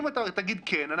אני מבין שאלו הכוחות,